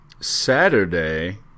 Saturday